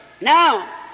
Now